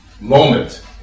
moment